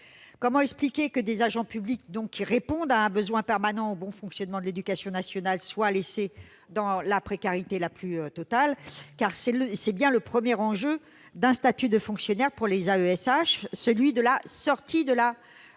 Comment expliquer que des agents publics répondant à un besoin permanent, indispensables au bon fonctionnement de l'éducation nationale, soient laissés dans une précarité absolue ? C'est bien le premier enjeu d'un statut de fonctionnaires pour les AESH : la sortie de la